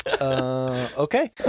Okay